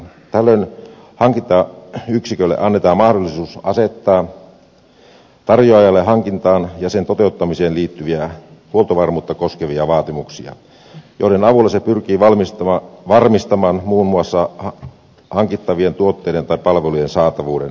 tällöin hankintayksikölle annetaan mahdollisuus asettaa tarjoajalle hankintaan ja sen toteuttamiseen liittyviä huoltovarmuutta koskevia vaatimuksia joiden avulla se pyrkii varmistamaan muun muassa hankittavien tuotteiden tai palvelujen saatavuuden ylläpidon ja huollon